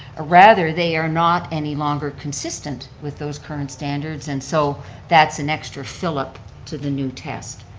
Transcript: ah rather, they are not any longer consistent with those current standards, and so that's an extra fill up to the new test.